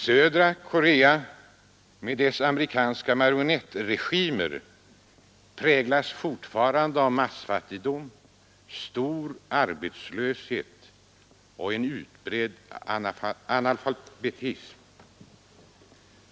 Södra Korea — med dess amerikanska marionettregimer — präglas fortfarande av massfattigdom, stor arbetslöshet och utbredd analfabetism.